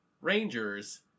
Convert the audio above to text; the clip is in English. Rangers